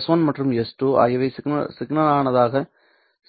S1 மற்றும் s2 ஆகியவை